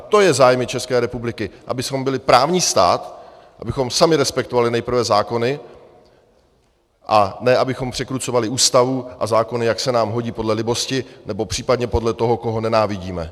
To jsou zájmy České republiky, abychom byli právní stát, abychom sami respektovali nejprve zákony, a ne abychom překrucovali Ústavu a zákony, jak se nám hodí podle libosti, nebo popřípadě podle toho, koho nenávidíme.